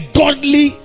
godly